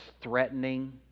threatening